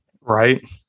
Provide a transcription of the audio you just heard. Right